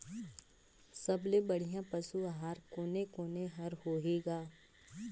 सबले बढ़िया पशु आहार कोने कोने हर होही ग?